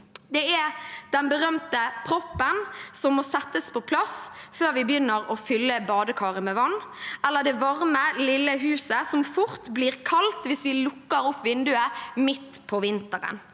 Det er den berømte proppen som må settes på plass før vi begynner å fylle badekaret med vann – eller det varme, lille huset som fort blir kaldt hvis vi lukker opp vinduet midt på vinteren.